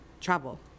travel